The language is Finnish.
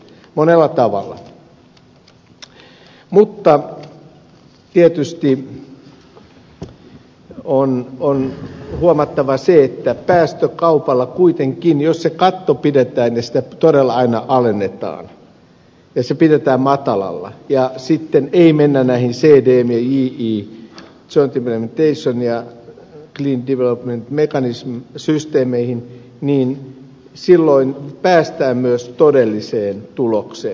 mutta tietysti on huomattava se että päästökaupalla kuitenkin jos se katto pidetään ja sitä todella aina alennetaan ja se pidetään matalalla ja sitten ei mennä näihin cdm ja ji systeemeihin joint implementation ja clean development mechanism silloin päästään myös todelliseen tulokseen